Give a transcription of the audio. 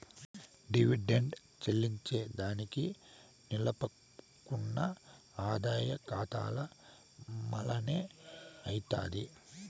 dividend చెల్లింజేదానికి నిలుపుకున్న ఆదాయ కాతాల మల్లనే అయ్యితాది